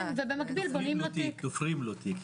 ובמקביל בונים לו תיק, תופרים לו תיק.